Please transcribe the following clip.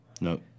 No